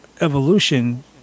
evolution